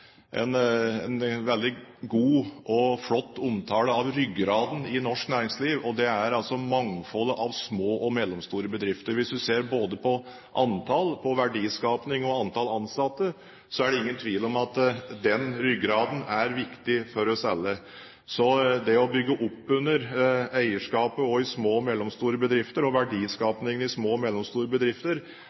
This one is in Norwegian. en veldig god og flott omtale av ryggraden i norsk næringsliv, og det er altså mangfoldet av små og mellomstore bedrifter. Hvis du ser både på antall, på verdiskaping og antall ansatte, er det ingen tvil om at den ryggraden er viktig for oss alle. Så det å bygge opp under eierskapet og verdiskapingen også i små og mellomstore bedrifter